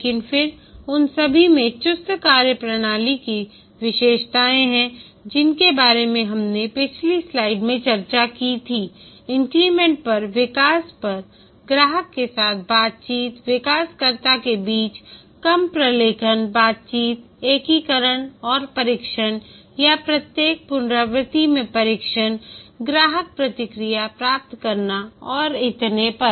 लेकिन फिर उन सभी में चुस्त कार्यप्रणाली की विशेषताएं हैं जिनके बारे में हमने पिछली स्लाइड में चर्चा की थी इंक्रीमेंट पर विकास परग्राहक के साथ बातचीत विकसकर्ता के बीच कम प्रलेखन बातचीत एकीकरण और परीक्षण या प्रत्येक पुनरावृत्ति में परीक्षण ग्राहक प्रतिक्रिया प्राप्त करना और इतने पर